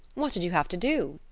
what did you have to do?